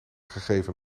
gegeven